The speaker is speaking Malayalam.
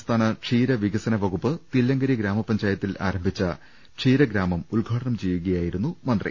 സംസ്ഥാന ക്ഷീരവികസനവകുപ്പ് തില്ലങ്കേരി ഗ്രാമപഞ്ചായത്തിൽ ആരം ഭിച്ച ക്ഷീരഗ്രാമം ഉദ്ഘാടനം ചെയ്യുകയായിരുന്നു മന്ത്രി